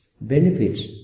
benefits